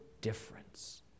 difference